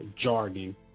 Jargon